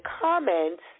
comments